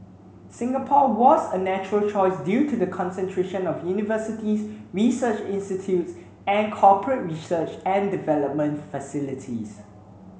Singapore was a natural choice due to the concentration of universities research institutes and corporate research and development facilities